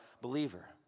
believer